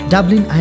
Dublin